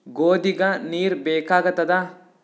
ಗೋಧಿಗ ನೀರ್ ಬೇಕಾಗತದ?